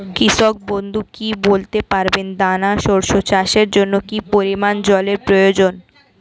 কৃষক বন্ধু কি বলতে পারবেন দানা শস্য চাষের জন্য কি পরিমান জলের প্রয়োজন?